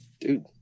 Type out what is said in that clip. Dude